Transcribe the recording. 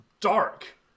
dark